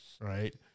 Right